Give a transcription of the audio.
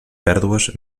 pèrdues